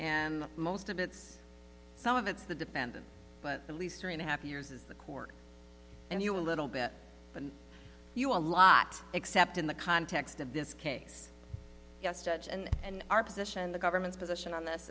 and most of it's some of it's the defendant but at least three and a half years is the court and you a little bit and you a lot except in the context of this case yes judge and our position the government's position on this